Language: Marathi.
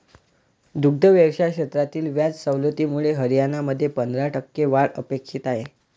दुग्ध व्यवसाय क्षेत्रातील व्याज सवलतीमुळे हरियाणामध्ये पंधरा टक्के वाढ अपेक्षित आहे